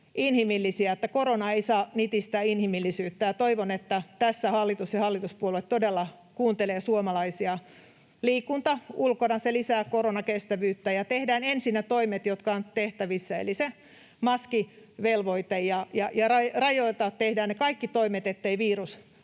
inhimillisiä, niin että korona ei saa nitistää inhimillisyyttä, ja toivon, että tässä hallitus ja hallituspuolueet todella kuuntelevat suomalaisia. Liikunta ulkona lisää koronakestävyyttä. Tehdään ensin ne toimet, jotka ovat nyt tehtävissä, eli se maskivelvoite ja rajoilla ne kaikki toimet, ettei virus